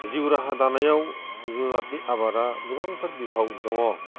जिउ राहा दानायाव जुनादनि आबादा गोबांथार बिफाव दङ